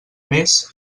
més